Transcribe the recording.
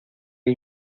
hay